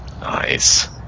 Nice